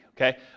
Okay